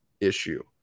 issue